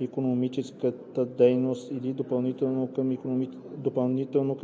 икономическа дейност или е допълнително